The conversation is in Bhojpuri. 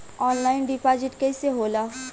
ऑनलाइन डिपाजिट कैसे होला?